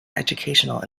educational